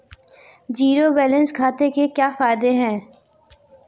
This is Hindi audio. ज़ीरो बैलेंस खाते के क्या फायदे हैं?